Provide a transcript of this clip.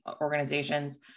organizations